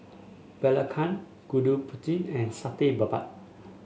belacan Gudeg Putih and Satay Babat